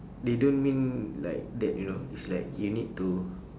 they don't mean like that you know it's like you need to